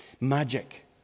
magic